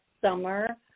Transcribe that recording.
summer